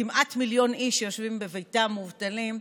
כמעט מיליון איש שיושבים בביתם מובטלים,